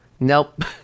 Nope